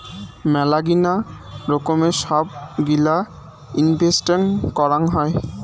মেলাগিলা রকমের সব গিলা ইনভেস্টেন্ট করাং হই